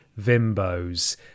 Vimbos